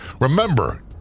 remember